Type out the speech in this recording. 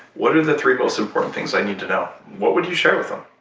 what are the three most important things i need to know? what would you share with them?